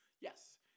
Yes